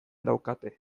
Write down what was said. daukate